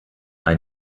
ein